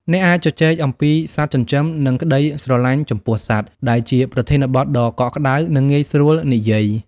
អ្នកអាចជជែកអំពីសត្វចិញ្ចឹម និងក្ដីស្រឡាញ់ចំពោះសត្វ ដែលជាប្រធានបទដ៏កក់ក្ដៅ និងងាយស្រួលនិយាយ។